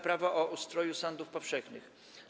Prawo o ustroju sądów powszechnych.